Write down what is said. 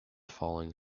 falling